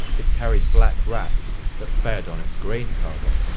it carried black rats that fed on its grain cargo.